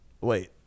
Wait